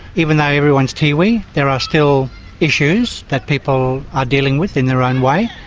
even though everyone's tiwi, there are still issues that people are dealing with in their own way.